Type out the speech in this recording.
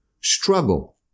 struggle